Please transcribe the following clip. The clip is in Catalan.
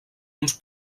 uns